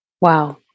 Wow